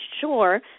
sure